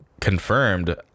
confirmed